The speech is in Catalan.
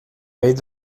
vell